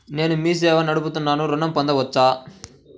నేను మీ సేవా నడుపుతున్నాను ఋణం పొందవచ్చా?